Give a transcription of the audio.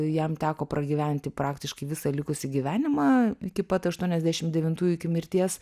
jam teko pragyventi praktiškai visą likusį gyvenimą iki pat aštuoniasdešimt devintųjų iki mirties